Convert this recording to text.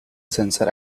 sensor